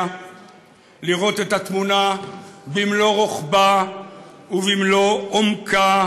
לראות את התמונה במלוא רוחבה ובמלוא עומקה,